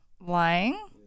Lying